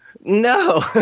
No